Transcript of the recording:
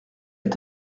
est